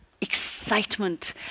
excitement